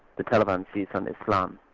the taliban's views on islam.